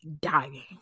dying